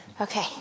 Okay